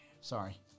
sorry